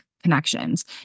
connections